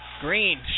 Green